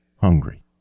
hungry